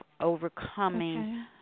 overcoming